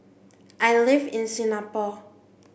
I live in Singapore